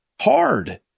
hard